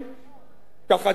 כחצי מיליון דונם.